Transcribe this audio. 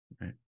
right